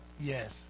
Yes